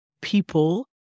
people